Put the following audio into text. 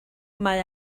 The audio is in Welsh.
mae